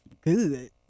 good